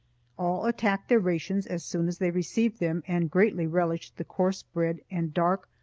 all attacked their rations as soon as they received them and greatly relished the coarse bread and dark,